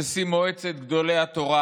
נשיא מועצת גדולי התורה,